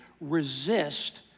resist